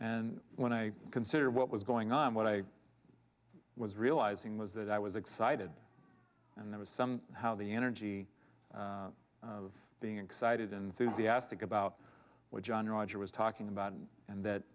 and when i consider what was going on what i was realizing was that i was excited and there was some how the energy of being excited enthusiastic about what john roger was talking about and that